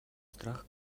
страх